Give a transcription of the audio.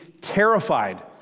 terrified